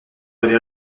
avait